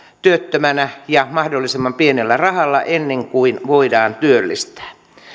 työttömänä ja mahdollisimman pienellä rahalla ennen kuin voidaan työllistää